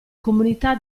comunità